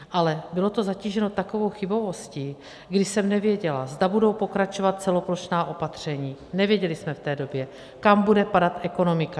Ale bylo to zatíženo takovou chybovostí, kdy jsem nevěděla, zda budou pokračovat celoplošná opatření, nevěděli jsme v té době, kam bude padat ekonomika.